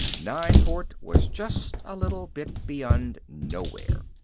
nineport was just a little bit beyond nowhere.